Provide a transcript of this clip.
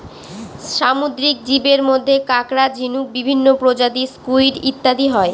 সামুদ্রিক জীবের মধ্যে কাঁকড়া, ঝিনুক, বিভিন্ন প্রজাতির স্কুইড ইত্যাদি হয়